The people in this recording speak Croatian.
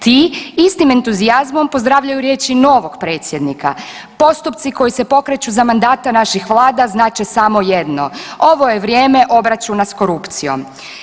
Ti istim entuzijazmom pozdravljaju riječi novog predsjednika, postupci koji se pokreću za mandata naših vlada znače samo jedno, ovo je vrijeme obračuna s korupcijom.